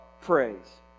praise